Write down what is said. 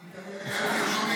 תכנוני.